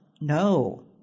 No